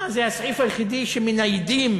מה, זה הסעיף היחידי שמניידים